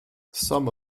some